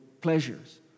pleasures